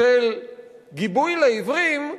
של גיבוי לעיוורים,